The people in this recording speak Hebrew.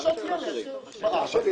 הדרישה תהיה לייצר גם בארץ.